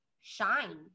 shine